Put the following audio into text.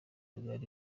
bwari